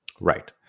Right